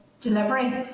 delivery